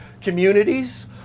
communities